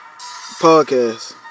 podcast